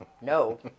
No